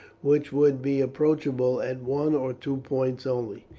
which would be approachable at one or two points only.